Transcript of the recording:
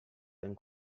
than